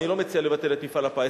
אני לא מציע לבטל את מפעל הפיס,